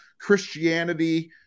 Christianity